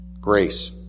grace